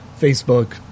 Facebook